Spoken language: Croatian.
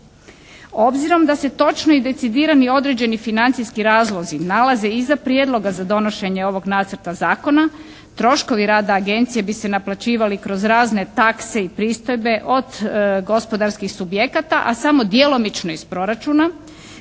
Obzirom da se točno i decidirani i određeni financijski razlozi nalaze i iza prijedloga za donošenje ovog Nacrta zakona troškovi rada agencije bi se naplaćivali kroz razne takse i pristojbe od gospodarskih subjekata a samo djelomično iz proračuna